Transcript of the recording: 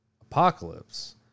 Apocalypse